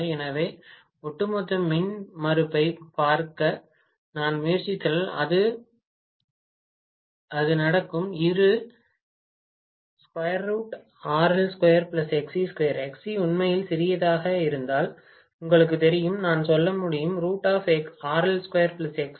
எனவே ஒட்டுமொத்த மின்மறுப்பைப் பார்க்க நான் முயற்சித்தால் அது நடக்கும் இரு Xc உண்மையில் சிறியதாக இருந்தால் உங்களுக்குத் தெரியும் நான் சொல்ல முடியும் RL